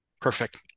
Perfect